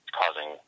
causing